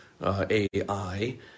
AI